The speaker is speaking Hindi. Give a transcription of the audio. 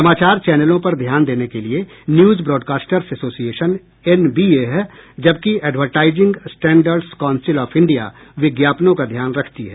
समाचार चैनलों पर ध्यान देने के लिए न्यूज ब्रॉडकास्टर्स एसोसिएशन एनबीए है जबकि advertising standards council of India विज्ञापनों का ध्यान रखती है